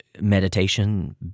meditation